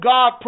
God